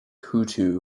hutu